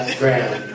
grand